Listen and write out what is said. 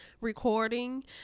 recording